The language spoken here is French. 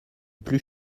plus